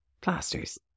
plasters